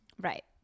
Right